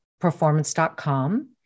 performance.com